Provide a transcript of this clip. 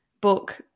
book